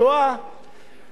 ואמרתי לעצמי,